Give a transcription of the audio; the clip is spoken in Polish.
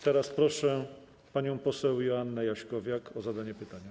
Teraz proszę panią poseł Joannę Jaśkowiak o zadanie pytania.